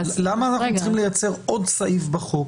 למה אנחנו צריכים לייצר עוד סעיף בחוק